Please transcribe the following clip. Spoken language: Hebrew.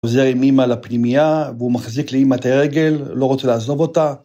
חוזר עם אמא לפנימיה והוא מחזיק לאמא את הרגל, לא רוצה לעזוב אותה.